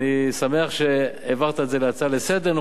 אני שמח שהעברת את זה להצעה לסדר-היום.